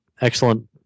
excellent